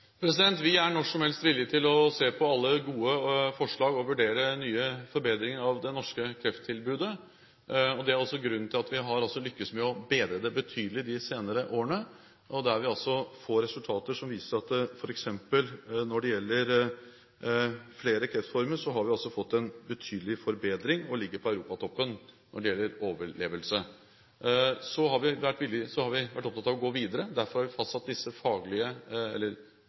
Vi er når som helst villige til å se på alle gode forslag og vurdere nye forbedringer av det norske krefttilbudet, og det er også grunnen til at vi har lyktes med å bedre det betydelig de senere årene. Vi får nå resultater som viser at vi har hatt en betydelig forbedring f.eks. når det gjelder flere kreftformer, og vi ligger på europatoppen når det gjelder overlevelse. Så har vi vært opptatt av å gå videre. Derfor har vi fastsatt disse kravene til sykehusene som bygger på faglige